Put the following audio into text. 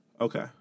Okay